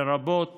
לרבות